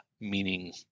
meaning